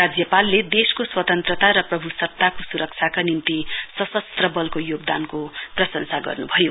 राज्यपालले देशको स्वतन्त्र र प्रभुसत्तको सुरक्षाका निम्ति सशस्त्र बलको योगदानको प्रशंसा गर्नुभयो